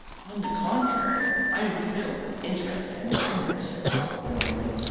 on the contrary, i am filled with interest and wonder, said robert warmly.